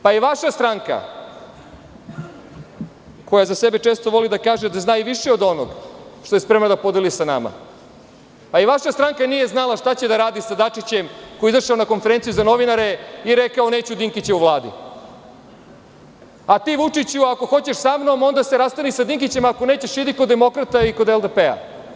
Pa i vaša stranka koja za sebe često za sebe voli da kaže da zna i više od onog što je spremna da podeli sa nama, pa i vaša stranka nije znala šta će da radi sa Dačićem koji je izašao na konferenciju za novinare i rekao – neću Dinkića u Vladi, a ti Vučiću ako hoćeš sa mnom onda se rasturi sa Dinkićem,a ko nećeš idi kod demokrata i kod LDP.